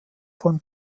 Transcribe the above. von